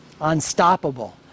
unstoppable